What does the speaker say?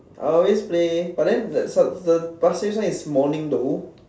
I always play but than the the Pasir-Ris one is morning one though